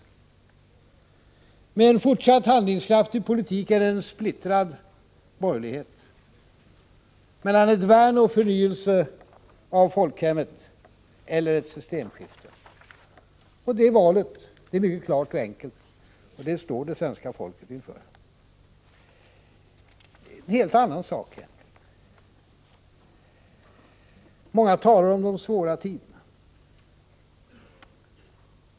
Valet står således mellan en fortsatt handlingskraftig politik och en splittrad borgerlighet, mellan ett värn och en förnyelse av folkhemmet och ett systemskifte. Det valet är mycket klart och enkelt, och det står det svenska folket inför. Sedan till en helt annan sak. Många talar om de svåra tiderna.